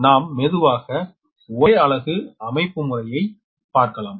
நாம் மெதுவாக ஒரே அலகு அமைப்புமுறையை பார்க்கலாம்